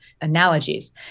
analogies